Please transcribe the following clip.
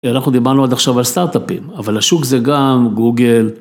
אנחנו דיברנו עד עכשיו על סטארט-אפים, אבל השוק זה גם גוגל.